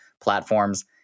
platforms